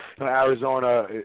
Arizona